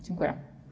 Dziękuję.